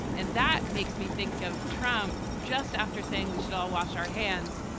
and that makes me think of trump just after saying we should all wash our hands,